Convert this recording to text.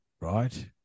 right